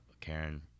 Karen